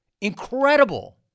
Incredible